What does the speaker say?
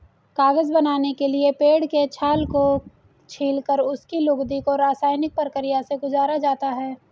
कागज बनाने के लिए पेड़ के छाल को छीलकर उसकी लुगदी को रसायनिक प्रक्रिया से गुजारा जाता है